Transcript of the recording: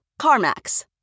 CarMax